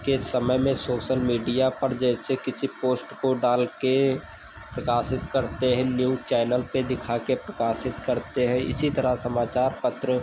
के समय में सोशल मीडिया पर जैसे किसी पोस्ट को डालकर प्रकाशित करते हैं न्यूज़ चैनल पर दिखाकर प्रकाशित करते हैं इसी तरह समाचार पत्र